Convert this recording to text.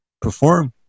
perform